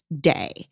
day